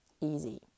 easy